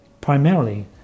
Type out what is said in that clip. Primarily